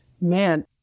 man